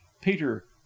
Peter